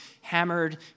hammered